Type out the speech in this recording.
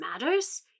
matters